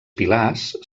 pilars